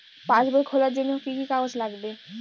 পাসবই খোলার জন্য কি কি কাগজ লাগবে?